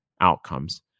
outcomes